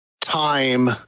time